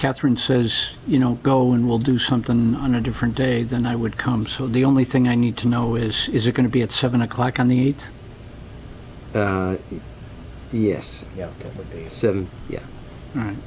katherine says you know go and we'll do something on a different day than i would come so the only thing i need to know is is it going to be at seven o'clock on the eight yes seven yes all right